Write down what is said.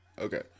Okay